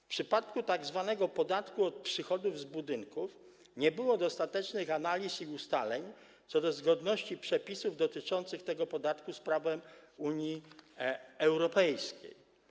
W przypadku tzw. podatku od przychodów z budynków nie było dostatecznych analiz i ustaleń co do zgodności przepisów dotyczących tego podatku z prawem Unii Europejskiej.